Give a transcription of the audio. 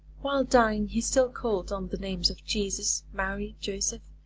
while dying he still called on the names of jesus, mary, joseph,